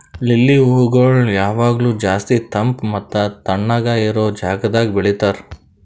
lily ಹೂಗೊಳ್ ಯಾವಾಗ್ಲೂ ಜಾಸ್ತಿ ತಂಪ್ ಮತ್ತ ತಣ್ಣಗ ಇರೋ ಜಾಗದಾಗ್ ಬೆಳಿತಾರ್